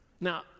Now